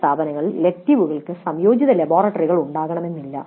ചില സ്ഥാപനങ്ങളിൽ ഇലക്ടീവുകൾക്ക് സംയോജിത ലബോറട്ടറികൾ ഉണ്ടാകണമെന്നില്ല